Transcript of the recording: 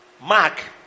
Mark